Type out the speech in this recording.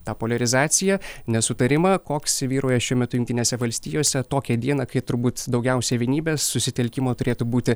tą poliarizaciją nesutarimą koks vyrauja šiuo metu jungtinėse valstijose tokią dieną kai turbūt daugiausiai vienybės susitelkimo turėtų būti